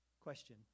Question